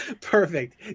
Perfect